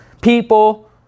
people